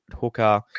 hooker